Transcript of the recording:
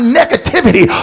negativity